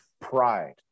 Pride